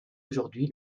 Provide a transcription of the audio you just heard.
aujourd’hui